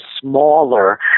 smaller